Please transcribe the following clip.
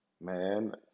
man